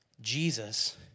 Jesus